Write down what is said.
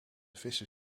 vissen